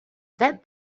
that